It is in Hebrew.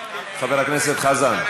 חבר הכנסת חזן.